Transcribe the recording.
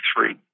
three